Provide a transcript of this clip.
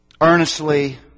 earnestly